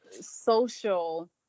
social